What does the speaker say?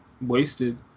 wasted